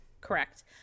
Correct